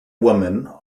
woman